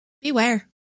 beware